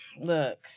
look